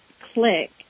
click